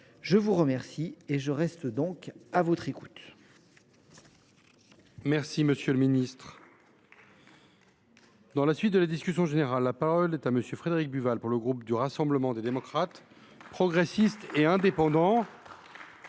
Je vous remercie et je reste à votre écoute.